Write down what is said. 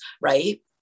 right